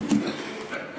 זכרו לברכה,